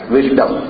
Wisdom